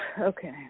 okay